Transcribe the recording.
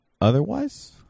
Otherwise